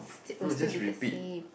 st~ will still be the same